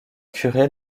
curé